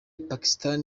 pakistan